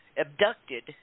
abducted